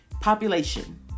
population